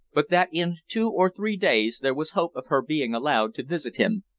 but that in two or three days there was hope of her being allowed to visit him.